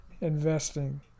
Investing